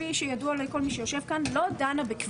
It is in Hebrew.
וגם יש עתיד,